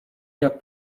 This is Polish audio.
jak